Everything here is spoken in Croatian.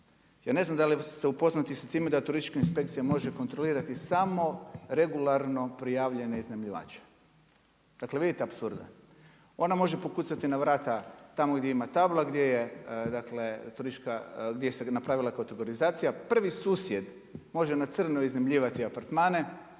Ja ne znam da li ste upoznati sa time da turistička inspekcija može kontrolirati samo regularno prijavljene iznajmljivače, dakle vidite apsurda. Ona može pokucati na vrata tamo gdje ima tabla, gdje se napravila kategorizacija, prvi susjed može na crno iznajmljivati apartmane